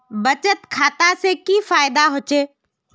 बचत खाता से की फायदा होचे?